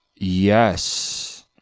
Yes